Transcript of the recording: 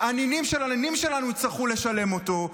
שהנינים של הנינים שלנו יצטרכו לשלם אותו,